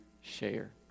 share